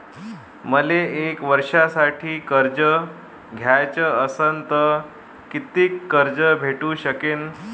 मले एक वर्षासाठी कर्ज घ्याचं असनं त कितीक कर्ज भेटू शकते?